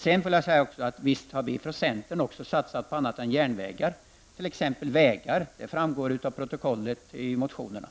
Jag vill även säga att vi från centern vill satsa på annat än järnvägar. Vi vill satsa även på t.ex. vägar.